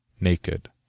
naked